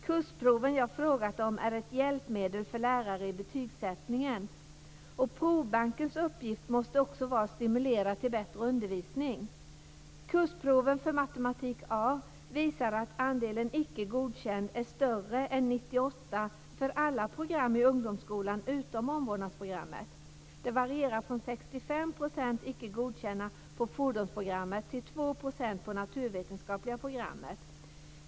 Kursproven jag frågat om är ett hjälpmedel för lärare i betygssättningen. Provbankens uppgift måste också vara att stimulera till bättre undervisning. Kursproven för matematik A visar att andelen Icke godkänd är större än 1998 för alla program i ungdomsskolan utom omvårdnadsprogrammet. Det varierar från 65 % icke godkända på fordonsprogrammet till 2 % på naturvetenskapliga programmet.